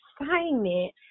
assignment